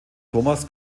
thomas